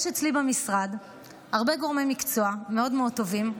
יש אצלי במשרד הרבה גורמי מקצוע מאוד מאוד טובים.